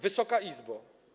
Wysoka Izbo!